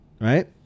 right